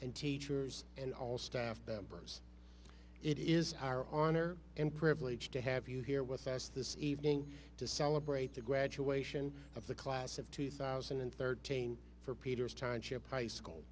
and teachers and all staff bros it is are on are and privileged to have you here with us this evening to celebrate the graduation of the class of two thousand and thirteen for peter's timeship high school